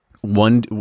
one